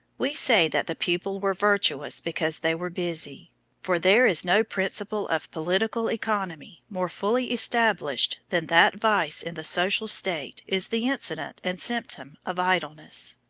we say that the people were virtuous because they were busy for there is no principle of political economy more fully established than that vice in the social state is the incident and symptom of idleness.